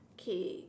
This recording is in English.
okay